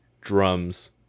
drums